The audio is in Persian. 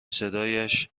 صدایش